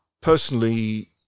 personally